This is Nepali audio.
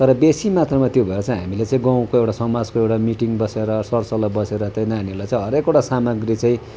तर बेसी मात्रामा त्यो भएर चाहिँ हामीले चाहिँ गाउँको एउटा समाजको एउटा मिटिङ बसेर सरसल्लाह बसेर त्यो नानीहरूलाई चाहिँ हरेकवटा सामग्री चाहिँ